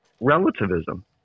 relativism